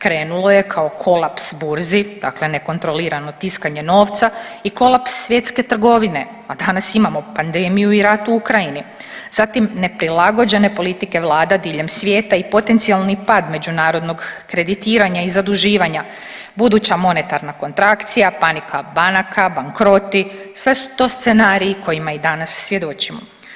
Krenulo je kao kolaps burzi, dakle nekontrolirano tiskanje novca i kolaps svjetske trgovine, a danas imamo pandemiju i rat u Ukrajini, zatim neprilagođene politike vlada diljem svijeta i potencijalni pad međunarodnog kreditiranja i zaduživanja, buduća monetarna kontrakcija, panika banaka, bankroti, sve su to scenariji kojima i danas svjedočimo.